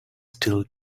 still